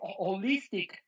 holistic